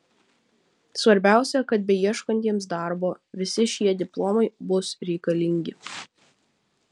svarbiausia kad beieškantiems darbo visi šie diplomai bus reikalingi